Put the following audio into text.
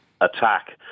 attack